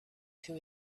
two